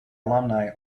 alumni